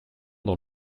dans